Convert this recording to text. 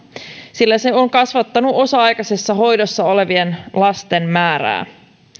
sillä se on kasvattanut osa aikaisessa hoidossa olevien lasten määrää